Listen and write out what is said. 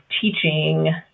teaching